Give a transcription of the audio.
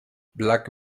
black